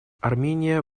армения